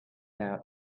now